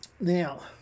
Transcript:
now